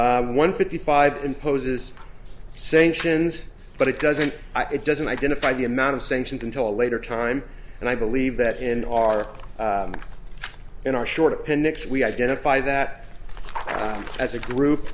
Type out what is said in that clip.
one fifty five imposes sanctions but it doesn't it doesn't identify the amount of sanctions until a later time and i believe that in our in our short appendix we identify that as a group